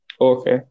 Okay